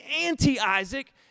anti-Isaac